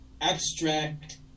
abstract